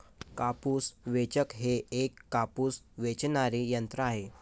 कापूस वेचक हे एक कापूस वेचणारे यंत्र आहे